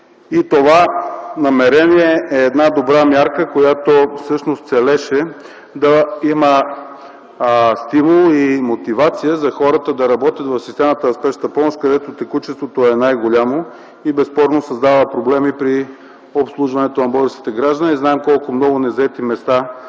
г. Това намерение е добра мярка, която всъщност целеше да има стимул и мотивация за хората да работят в системата на Спешната помощ, където текучеството е най-голямо и безспорно създава проблеми при обслужването на българските граждани.